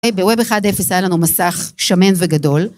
ב-Web 1.0 היה לנו מסך שמן וגדול.